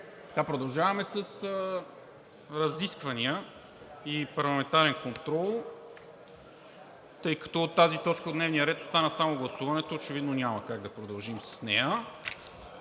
Продължаваме с разисквания и парламентарен контрол, тъй като от тази точка от дневния ред остана само гласуването – очевидно няма как да продължим с нея.